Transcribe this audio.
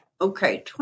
Okay